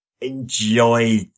enjoy